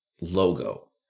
logo